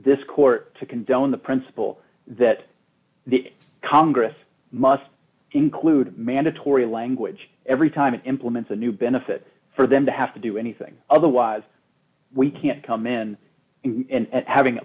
this court to condone the principle that the congress must include mandatory language every time it implements a new benefit for them to have to do anything otherwise we can't come in and having